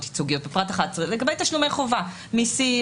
ייצוגיות בפרט 11 לגבי תשלומי חובה מיסים,